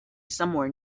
somewhere